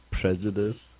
Prejudice